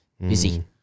busy